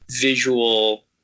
visual